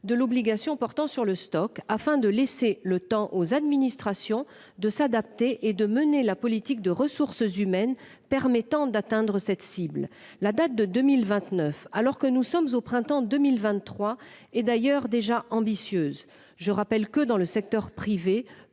de l'obligation portant sur le stock afin de laisser le temps aux administrations de s'adapter et de mener la politique de ressources humaines permettant d'atteindre cette cible, la date de 2029 alors que nous sommes au printemps 2023. Et d'ailleurs déjà ambitieuse. Je rappelle que dans le secteur privé,